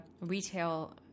retail